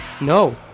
No